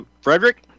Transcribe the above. Frederick